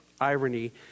irony